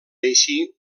així